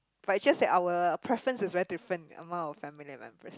but is just that our preference is very different among our family members